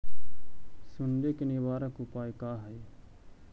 सुंडी के निवारक उपाय का हई?